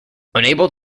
unable